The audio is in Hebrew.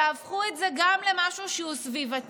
ותהפכו את זה גם למשהו שהוא סביבתי,